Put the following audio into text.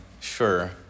Sure